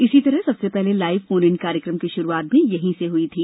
इसी तरह सबसे पहले लाइव फोन इन कार्यक्रम की शुरुआत भी यहीं से हुई थी